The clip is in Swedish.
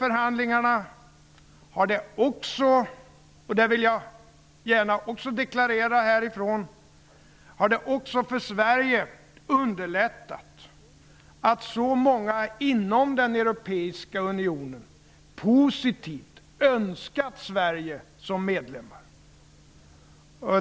Jag vill också deklarera att det under förhandlingarna har underlättat för Sverige att så många inom den europeiska unionen positivt har önskat Sverige som medlem.